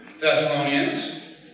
Thessalonians